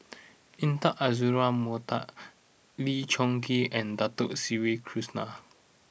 Intan Azura Mokhtar Lee Choon Kee and Dato Sri Krishna